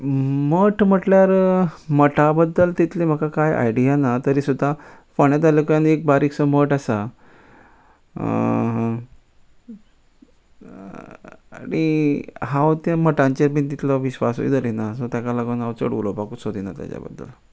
मठ म्हटल्यार मठा बद्दल तितली म्हाका कांय आयडिया ना तरी सुद्दां फोण्या तालुक्यान एक बारीकसो मठ आसा रे हांव त्या मठांचेर बीन तितलो विसवासूय दरिना सो ताका लागोन हांव चड उलोवपाक सोदिना ताच्या बद्दल